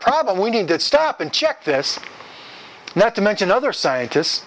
problem we need to stop and check this not to mention other scientist